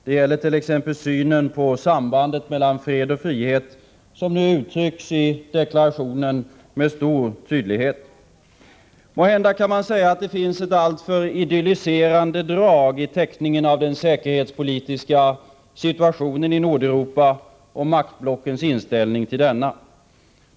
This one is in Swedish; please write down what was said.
Det gäller t.ex. synen på sambandet mellan fred och frihet, som nu uttrycks i deklarationen med stor tydlighet. Måhända kan man säga att det finns ett alltför idylliserande drag i teckningen av den säkerhetspolitiska situationen i Nordeuropa och maktblockens inställning till denna.